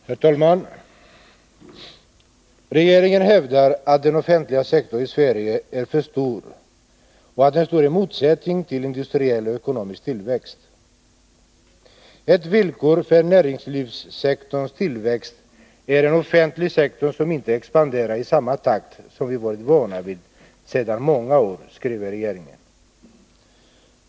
Herr talman! Regeringen hävdar att den offentliga sektorn i Sverige är för stor och att den står i motsättning till industriell och ekonomisk tillväxt. Ett villkor för ”näringslivssektorns tillväxt är en offentlig sektor som inte expanderar i samma takt som vi varit vana vid sedan många år”, skriver regeringen.